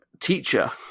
teacher